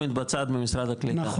במתבצעת במשרד הקליטה,